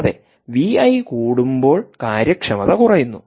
അതെ V I കൂടുമ്പോൾ കാര്യക്ഷമത കുറയുന്നു